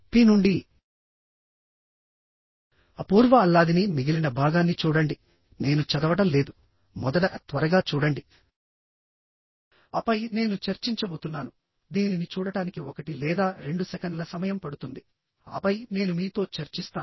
P నుండి అపూర్వ అల్లాదిని మిగిలిన భాగాన్ని చూడండి నేను చదవడం లేదు మొదట త్వరగా చూడండి ఆపై నేను చర్చించబోతున్నాను దీనిని చూడటానికి ఒకటి లేదా రెండు సెకన్ల సమయం పడుతుంది ఆపై నేను మీతో చర్చిస్తాను